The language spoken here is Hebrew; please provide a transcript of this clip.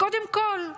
קודם כול,